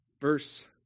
verse